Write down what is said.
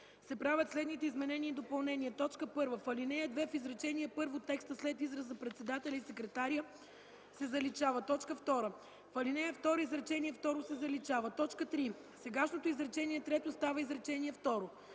Сегашното изречение трето става изречение второ.